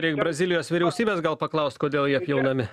reik brazilijos vyriausybės gal paklaust kodėl jie pjaunami